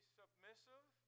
submissive